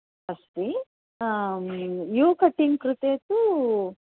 अस्ति U cutting कृते तु